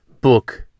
book